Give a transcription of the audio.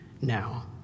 now